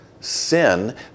sin